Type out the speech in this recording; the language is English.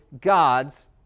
God's